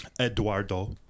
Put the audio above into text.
Eduardo